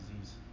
disease